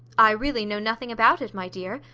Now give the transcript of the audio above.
i really know nothing about it, my dear.